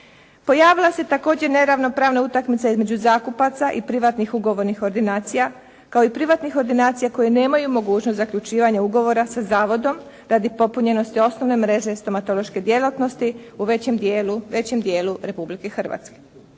Pojavila se također neravnopravna utakmica između zakupaca i privatnih ugovornih ordinacija kao i privatnih ordinacija koje nemaju mogućnost zaključivanja ugovora sa zavodom radi popunjenosti osnovne mreže stomatološke djelatnosti u većem dijelu Republike Hrvatske.